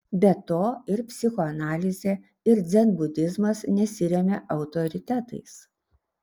be to ir psichoanalizė ir dzenbudizmas nesiremia autoritetais